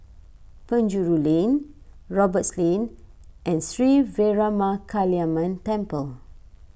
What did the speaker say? Penjuru Lane Roberts Lane and Sri Veeramakaliamman Temple